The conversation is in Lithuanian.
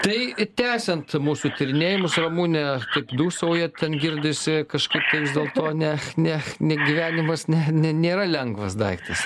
tai tęsiant mūsų tyrinėjimus ramune taip dūsaujat ten girdisi kažkaip tai vis dėlto ne ne ne gyvenimas ne nėra lengvas daiktas